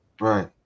Right